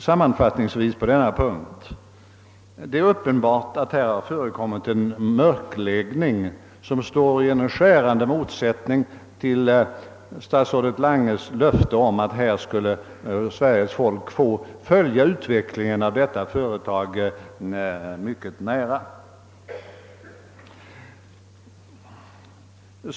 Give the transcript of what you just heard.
Sammanfattningsvis på denna punkt vill jag säga att det är uppenbart att en mörkläggning har förekommit som står i skärande motsättning till statsrådet Langes löfte att Sveriges folk skulle få följa utvecklingen av detta företag mycket nära.